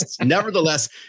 nevertheless